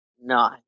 No